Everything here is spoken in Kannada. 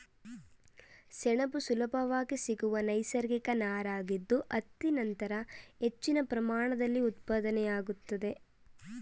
ಸೆಣಬು ಸುಲಭವಾಗಿ ಸಿಗುವ ನೈಸರ್ಗಿಕ ನಾರಾಗಿದ್ದು ಹತ್ತಿ ನಂತರ ಹೆಚ್ಚಿನ ಪ್ರಮಾಣದಲ್ಲಿ ಉತ್ಪಾದನೆಯಾಗ್ತದೆ